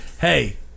hey